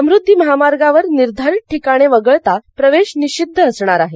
समुद्वी महामार्गावर निर्धारित ठिकाणे वगळता प्रवेश निष्चिद्ध असणार आहे